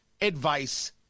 advice